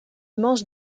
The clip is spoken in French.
mange